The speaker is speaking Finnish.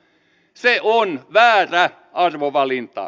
se on väärä arvovalinta